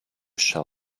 shall